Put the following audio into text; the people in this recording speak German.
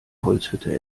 holzhütte